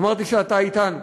אמרתי שאתה אתנו.